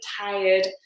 tired